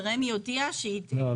ורמ"י הודיעה -- לא,